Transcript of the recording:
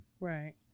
right